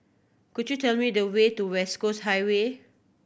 could you tell me the way to West Coast Highway